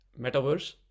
Metaverse